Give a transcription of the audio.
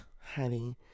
honey